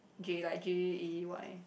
Jay like J_A_Y